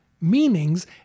meanings